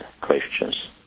questions